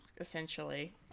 essentially